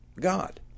God